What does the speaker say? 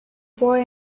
boy